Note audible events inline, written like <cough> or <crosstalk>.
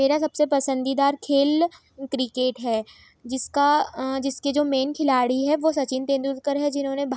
hello आप <unintelligible> restaurant से बोल रहे हैं क्या मुझे अपना खाना आर्डर करना है आप खाना लिख लीजिए